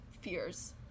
fears